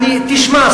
תשמע,